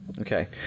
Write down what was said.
Okay